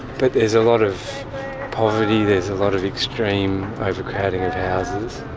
but there's a lot of poverty, there's a lot of extreme overcrowding of houses.